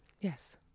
yes